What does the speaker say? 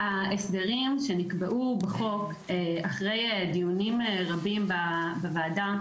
ההסדרים שנקבעו בחוק אחרי דיונים רבים בוועדה